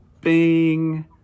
Bing